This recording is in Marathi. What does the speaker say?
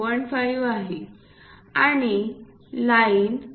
5 आहे आणि लाईन 4